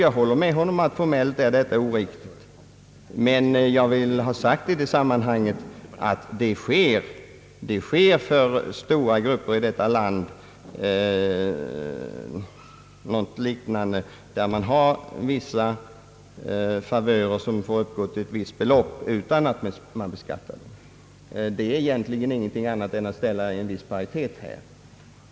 Jag håller med honom om att det kan synas oriktigt, formellt sett, men jag vill i detta sammanhang också ha sagt, att det för stora grupper i detta land sker något liknande då det utgår vissa favörer som får uppgå till ett visst belopp utan att man blir beskattad. Det gäller egentligen ingenting annat än att skapa en viss paritet.